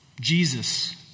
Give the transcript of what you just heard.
Jesus